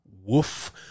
Woof